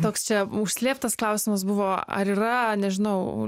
toks čia užslėptas klausimas buvo ar yra nežinau